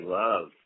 love